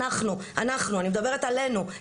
אני מדברת עלינו,